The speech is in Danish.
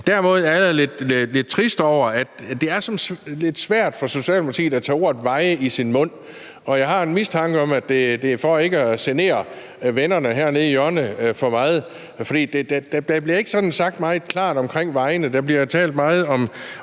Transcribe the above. Derimod er jeg lidt trist over, at det er lidt svært for Socialdemokratiet at tage ordet veje i sin mund, og jeg har en mistanke om, at det er for ikke at genere vennerne hernede i hjørnet for meget, for der bliver ikke sådan sagt noget meget klart omkring vejene. Der bliver talt meget om